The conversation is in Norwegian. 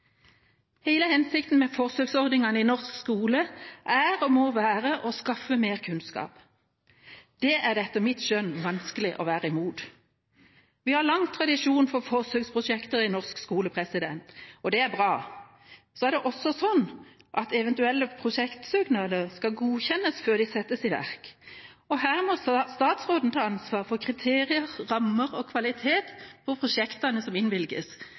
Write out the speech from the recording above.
hensikten med forsøksordningene i norsk skole er – og må være – å skaffe mer kunnskap. Det er det etter mitt skjønn vanskelig å være imot. Vi har lang tradisjon for forsøksprosjekter i norsk skole, og det er bra. Så er det også sånn at eventuelle prosjektsøknader skal godkjennes før de settes i verk. Her må statsråden ta ansvar for kriterier, rammer og kvalitet for prosjektene som innvilges,